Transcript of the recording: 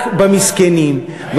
הייתי שמח אם ראשת העבודה שלך, רק במסכנים,